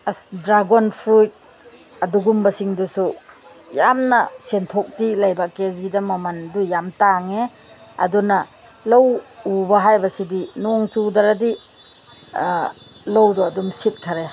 ꯑꯁ dragon fruit ꯑꯗꯨꯒꯨꯝꯕꯁꯤꯡꯗꯨꯁꯨ ꯌꯥꯝꯅ ꯁꯦꯟꯊꯣꯛꯇꯤ ꯂꯩꯕ ꯀꯦꯖꯤꯗ ꯃꯃꯜꯗꯨ ꯌꯥꯝ ꯇꯥꯡꯉꯦ ꯑꯗꯨꯅ ꯂꯧ ꯎꯕ ꯍꯥꯏꯕꯁꯤꯗꯤ ꯅꯣꯡ ꯆꯨꯗ꯭ꯔꯗꯤ ꯂꯧꯗꯨ ꯑꯗꯨꯝ ꯁꯤꯈꯔꯦ